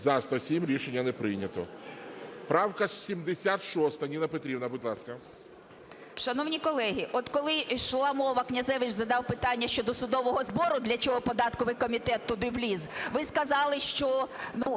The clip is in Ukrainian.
За-107 Рішення не прийнято. Правка 76. Ніна Петрівна, будь ласка. 11:16:06 ЮЖАНІНА Н.П. Шановні колеги, от коли йшла мова, Князевич задав питання щодо судового збору, для чого податковий комітет туди вліз, ви сказали, що